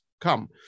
come